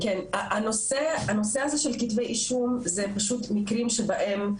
הנושא הזה של כתבי אישום זה פשוט מקרים שבהם,